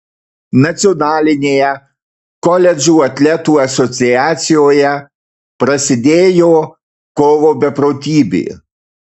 nacionalinėje koledžų atletų asociacijoje prasidėjo kovo beprotybė